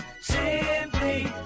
simply